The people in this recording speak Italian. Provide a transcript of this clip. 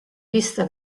vista